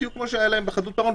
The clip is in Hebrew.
בדיוק כמו שהיה להם בחדלות פירעון,